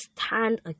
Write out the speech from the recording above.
stand